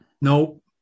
Nope